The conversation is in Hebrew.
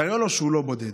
תראה לו שהוא לא בודד,